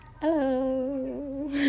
hello